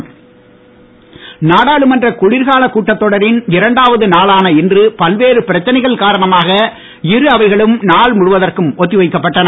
நாடாளுமன்றம் நாடாளுமன்ற் குளிர்கால கூட்டத் தொடரின் இரண்டாவது நாளான இன்று பல்வேறு பிரச்சனைகள் காரணமாக இரு அவைகளும் நாள் முழுவதற்கும் ஒத்தி வைக்கப்பட்டன